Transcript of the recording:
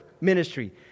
ministry